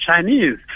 Chinese